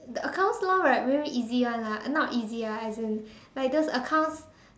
the accounts law right very easy [one] lah not easy ah as in like those accounts